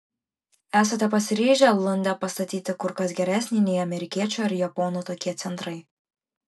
esate pasiryžę lunde pastatyti kur kas geresnį nei amerikiečių ar japonų tokie centrai